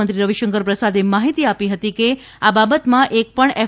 મંત્રી રવિશંકર પ્રસાદે માહિતી આપી હતી કે આ બાબતમાં એક ણ એફ